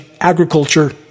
agriculture